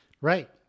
Right